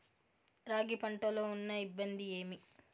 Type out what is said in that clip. రాగి పంటలో ఉన్న ఇబ్బంది ఏమి?